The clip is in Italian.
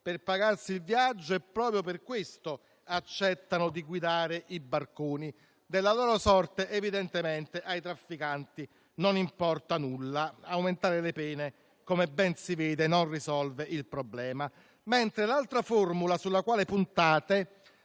per pagarsi il viaggio e proprio per questo accettano di guidare i barconi. Della loro sorte, evidentemente, ai trafficanti non importa nulla. Aumentare le pene, come ben si vede, non risolve il problema. L'altra formula sulla quale puntate